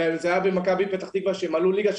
זה היה במכבי פתח תקווה שהם עלו ליגה,